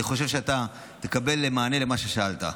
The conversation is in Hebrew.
אני חושב שאתה תקבל מענה על מה ששאלת.